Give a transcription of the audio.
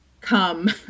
come